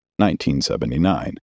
1979